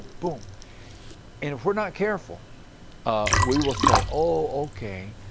boom. and if we are not careful ah we will say oh, okay,